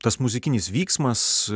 tas muzikinis vyksmas